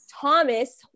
Thomas